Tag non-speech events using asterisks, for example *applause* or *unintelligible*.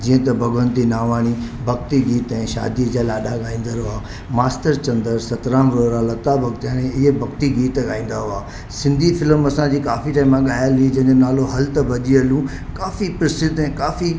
जीअं त भगवंती नावाणी भक्ति गीत ऐं शादी जा लाॾा ॻाईंदो आहे मास्तर चंदर सतराम रोहरा लता भगताणी इहे भक्ति गीत ॻाईंदा हुआ सिंधी फिल्म असांजी काफ़ी *unintelligible* ॻाइलु हुई जंहिंजो नालो हल त भॼी हलूं काफ़ी प्रसिद्ध ऐं काफ़ी